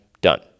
done